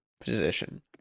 position